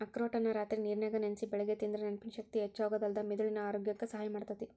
ಅಖ್ರೋಟನ್ನ ರಾತ್ರಿ ನೇರನ್ಯಾಗ ನೆನಸಿ ಬೆಳಿಗ್ಗೆ ತಿಂದ್ರ ನೆನಪಿನ ಶಕ್ತಿ ಹೆಚ್ಚಾಗೋದಲ್ದ ಮೆದುಳಿನ ಆರೋಗ್ಯಕ್ಕ ಸಹಾಯ ಮಾಡ್ತೇತಿ